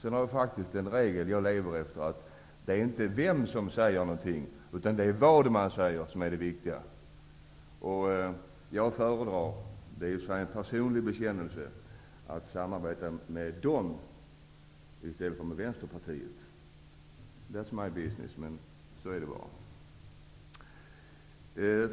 Jag lever efter följande regel: Det är inte vem som säger det utan vad som sägs som är viktigt. Jag föredrar -- det här får ses som en personlig bekännelse -- ett samarbete med Ny demokrati i stället för med Vänsterpartiet. That's my business. Men så är det.